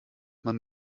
man